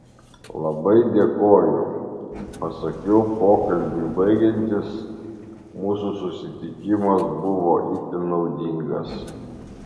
labai dėkoju pasakiau pokalbiui baigiantis mūsų susitikimas buvo itin naudingas